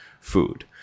food